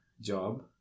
job